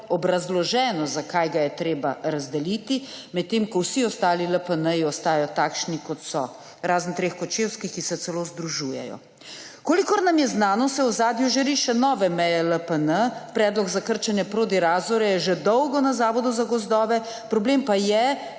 neobrazloženo, zakaj ga je treba razdeliti, medtem ko vsi ostali LPN ostajajo takšni, kot so, razen treh kočevskih, ki se celo združujejo. Kolikor nam je znano, se v ozadju že rišejo nove meje LPN, predlog za krčenje Prodi-Razorja je že dolgo na Zavodu za gozdove, problem pa je,